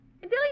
Billy